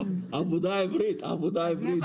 עבודה עברית, עבודה עברית.